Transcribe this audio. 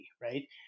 right